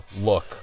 look